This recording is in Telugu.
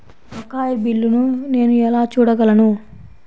బకాయి బిల్లును నేను ఎలా చూడగలను?